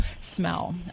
smell